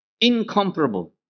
Incomparable